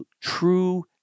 True